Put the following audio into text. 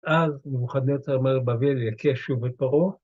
אז נבוכדנצר מלך בבל יכה שוב את פרעה.